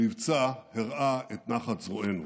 המבצע הראה את נחת זרוענו.